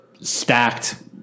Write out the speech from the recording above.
stacked